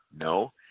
No